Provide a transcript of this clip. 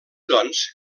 doncs